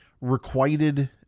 requited